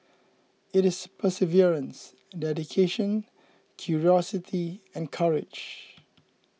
it is perseverance dedication curiosity and courage